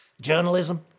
journalism